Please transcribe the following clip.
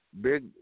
big